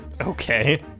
Okay